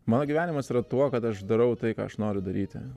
mano gyvenimas yra tuo kad aš darau tai ką aš noriu daryti